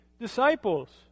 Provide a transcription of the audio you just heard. disciples